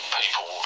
people